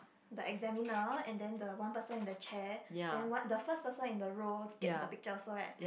the examiner and then the one person in the chair then one the first person in the row get the picture also right